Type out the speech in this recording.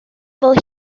fel